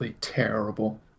terrible